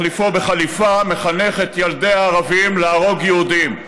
מחליפו בחליפה מחנך את ילדי הערבים להרוג יהודים.